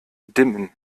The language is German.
dimmen